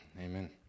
Amen